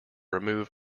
remove